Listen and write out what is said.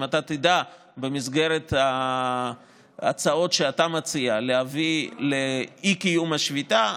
אם אתה תדע במסגרת ההצעות שאתה מציע להביא לאי-קיום השביתה,